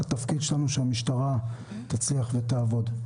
התפקיד שלנו הוא שהמשטרה תצליח ותעבוד.